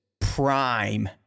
prime